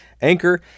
anchor